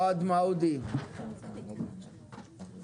אדוני יושב הראש,